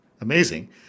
amazing